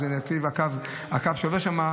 אז יהיה נתיב לקו שעובר שם.